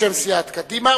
בשם סיעת קדימה,